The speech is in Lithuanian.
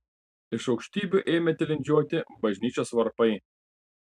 iš aukštybių ėmė tilindžiuoti bažnyčios varpai